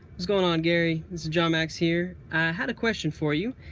what's going on, gary? this is john max here. i had a question for you.